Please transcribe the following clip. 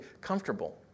comfortable